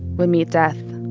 would meet death